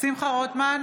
שמחה רוטמן,